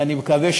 ואני מקווה,